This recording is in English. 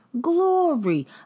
glory